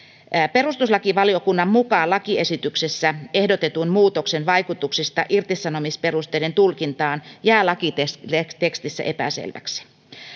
perustuslakivaliokunnan mukaan lakiesityksessä ehdotetun muutoksen vaikutus irtisanomisperusteiden tulkintaan jää lakitekstissä epäselväksi